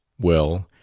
well,